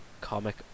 comic